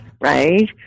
right